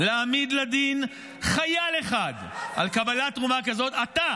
-- להעמיד לדין חייל אחד על קבלת תרומה כזאת -- מה תעשה?